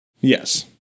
Yes